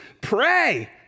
pray